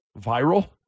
viral